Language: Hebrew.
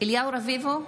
אליהו רביבו,